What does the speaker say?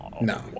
No